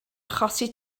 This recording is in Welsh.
achosi